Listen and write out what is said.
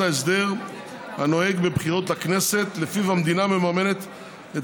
ההסדר הנוהג בבחירות לכנסת שלפיו המדינה מממנת את